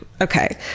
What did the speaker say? Okay